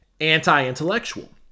anti-intellectual